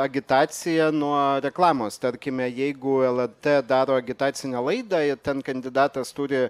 agitaciją nuo reklamos tarkime jeigu lrt daro agitacinę laidą ir ten kandidatas turi